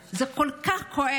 זה כל כך כואב.